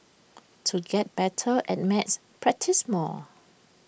to get better at maths practise more